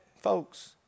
folks